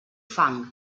fang